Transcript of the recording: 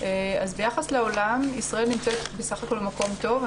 אז ביחס לעולם ישראל נמצאת בסך הכול במקום טוב.